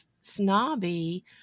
snobby